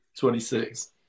26